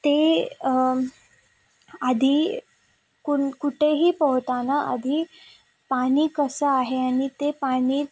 ते आधी कुण् कुठेही पोहताना आधी पाणी कसं आहे आणि ते पाणी